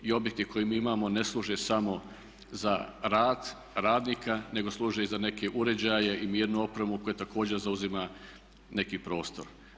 I objekti koje mi imamo ne služe samo za rad radnika nego služe i za neke uređaje i mirnu opremu koja također zauzima neki prostor.